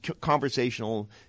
conversational